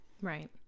right